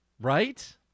Right